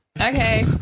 Okay